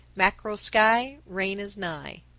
mackerel sky, rain is nigh.